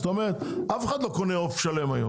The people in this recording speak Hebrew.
זאת אומרת, אף אחד לא קונה עוף שלם היום.